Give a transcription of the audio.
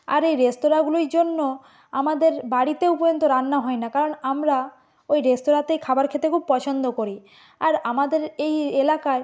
আর এই রেস্তোরাঁগুলির জন্য আমাদের বাড়িতেও পর্যন্ত রান্না হয় না কারণ আমরা ওই রেস্তোরাঁতে খাবার খেতে খুব পছন্দ করি আর আমাদের এই এলাকায়